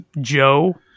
Joe